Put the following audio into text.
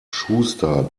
schuster